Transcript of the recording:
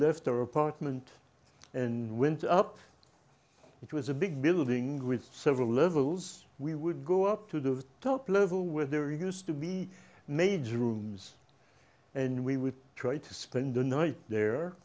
left our apartment and went up it was a big building with several levels we would go up to the top level where there used to be maids rooms and we would try to spend the night there